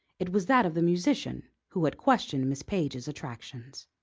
it was that of the musician who had questioned miss page's attractions.